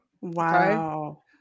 Wow